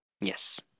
yes